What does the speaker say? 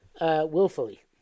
willfully